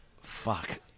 fuck